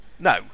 No